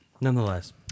nonetheless